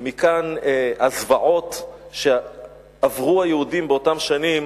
ומכאן הזוועות שעברו היהודים באותן שנים